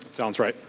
sounds right.